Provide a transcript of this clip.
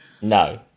No